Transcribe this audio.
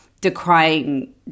decrying